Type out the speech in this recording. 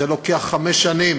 זה לוקח חמש שנים